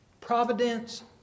providence